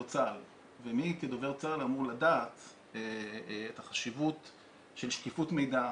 צה"ל ומי כדובר צה"ל אמור לדעת את החשיבות של שקיפות מידע,